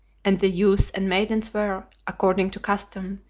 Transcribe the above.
and the youths and maidens were, according to custom,